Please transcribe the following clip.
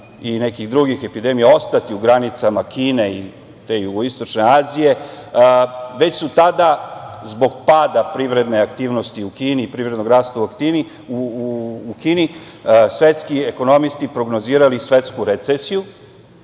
i nekih drugih epidemija, ostati u granicama Kine i te Jugoistočne Azije, već su tada, zbog pada privredne aktivnosti u Kini i privrednog rasta u Kini, svetski ekonomisti prognozirali svetsku recesiju,